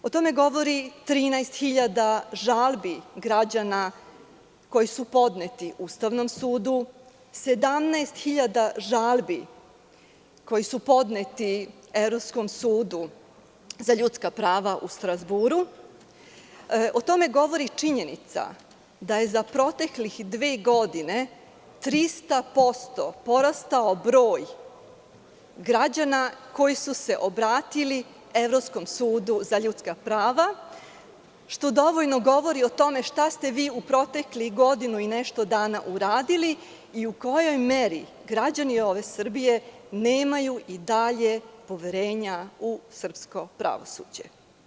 O tome govori 13.000 žalbi građana koje su podnete Ustavnom sudu, 17.000 žalbi koje su podnete Evropskom sudu za ljudska prava u Strazburu, o tome govori činjenica da je za protekle dve godine 300% porastao broj građana koji su se obratili Evropskom sudu za ljudska prava, što dovoljno govori o tome šta ste vi u proteklih godinu i nešto dana uradili i u kojoj meri građani Srbije nemaju i dalje poverenja u srpsko pravosuđe.